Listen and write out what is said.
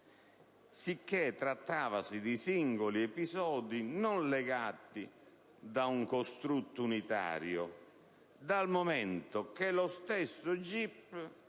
sicché si trattava di singoli episodi non legati da un costrutto unitario, dal momento che lo stesso GIP